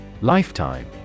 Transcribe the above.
Lifetime